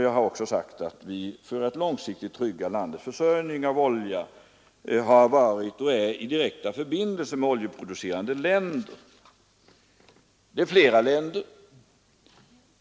Jag sade också att vi för att långsiktigt trygga landets försörjning av olja har varit och är i direkta förbindelser med oljeproducerande länder. Det gäller flera länder.